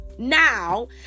now